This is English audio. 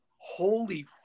Holy